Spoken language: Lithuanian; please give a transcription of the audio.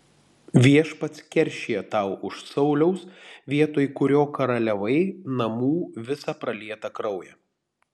viešpats keršija tau už sauliaus vietoj kurio karaliavai namų visą pralietą kraują